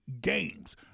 games